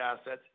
assets